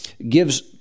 Gives